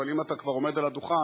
אבל אם אתה כבר עומד על הדוכן,